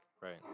Right